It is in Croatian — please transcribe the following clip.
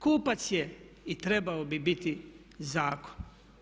Kupac je i trebao bi biti zakon.